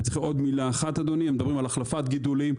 עוד מילה אחת, אדוני: מדברים על החלפת גידולים.